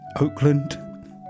Oakland